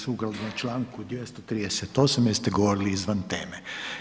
sukladno Članku 238. jer ste govorili izvan teme.